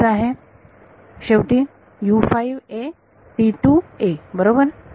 पुढचा आहे शेवटी बरोबर